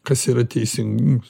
kas yra teisingumas